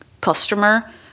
customer